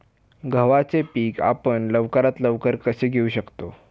गव्हाचे पीक आपण लवकरात लवकर कसे घेऊ शकतो?